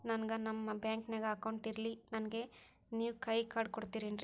ನನ್ಗ ನಮ್ ಬ್ಯಾಂಕಿನ್ಯಾಗ ಅಕೌಂಟ್ ಇಲ್ರಿ, ನನ್ಗೆ ನೇವ್ ಕೈಯ ಕಾರ್ಡ್ ಕೊಡ್ತಿರೇನ್ರಿ?